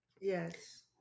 Yes